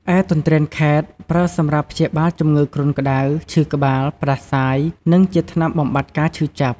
ឯទន្ទ្រានខែត្រ ប្រើសម្រាប់ព្យាបាលជំងឺគ្រុនក្ដៅ ឈឺក្បាល ផ្តាសាយ និងជាថ្នាំបំបាត់ការឈឺចាប់។